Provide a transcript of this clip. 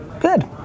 Good